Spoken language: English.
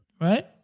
Right